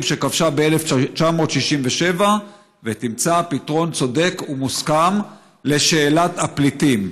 שכבשה ב-1967 ותמצא פתרון צודק ומוסכם לשאלת הפליטים.